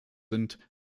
sind